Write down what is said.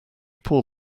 pour